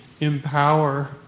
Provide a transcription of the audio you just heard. empower